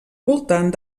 voltant